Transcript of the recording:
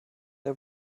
der